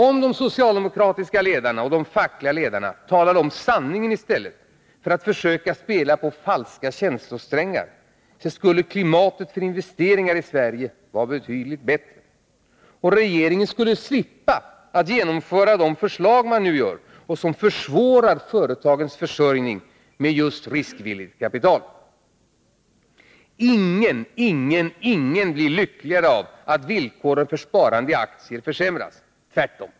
Om de socialdemokratiska ledarna och de fackliga ledarna talade om sanningen i stället för att försöka spela på falska känslosträngar skulle klimatet för investeringar i Sverige vara betydligt bättre. Och regeringen skulle slippa att genomföra dessa förslag, som försvårar företagens försörjning med just riskvilligt kapital. Ingen blir lyckligare av att villkoren för sparande i aktier försämras. Tvärtom.